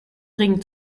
ring